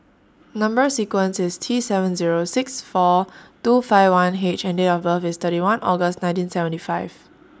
Number sequence IS T seven Zero six four two five one H and Date of birth IS thirty one August nineteen seventy five